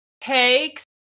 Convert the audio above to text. takes